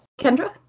Kendra